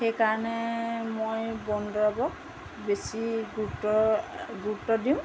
সেইকাৰণে মই বনদৰৱক বেছি গুৰুত্ব গুৰুত্ব দিওঁ